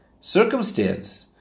circumstance